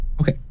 Okay